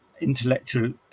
intellectual